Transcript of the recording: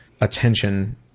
attention